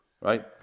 right